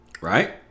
Right